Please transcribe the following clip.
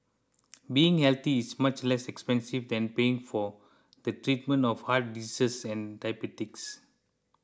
being healthy is much less expensive than paying for the treatment of heart disease and diabetes